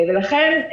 ולכן,